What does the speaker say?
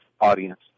audience